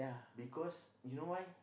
because you know why